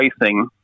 racing